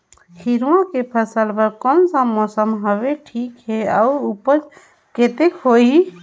हिरवा के फसल बर कोन सा मौसम हवे ठीक हे अउर ऊपज कतेक होही?